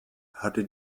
hatte